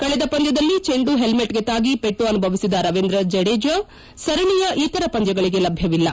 ಕಳೆದ ಪಂದ್ಯದಲ್ಲಿ ಚೆಂಡು ಹೆಲ್ಲೇಟ್ಗೆ ತಾಗಿ ಪೆಟ್ಟು ಅನುಭವಿಸಿದ ರವೀಂದ್ರ ಜಡೇಜಾ ಸರಣಿಯ ಇತರ ಪಂದ್ಯಗಳಿಗೆ ಲಭ್ಯವಿಲ್ಲ